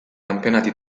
campionati